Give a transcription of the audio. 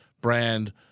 brand